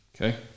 Okay